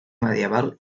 medieval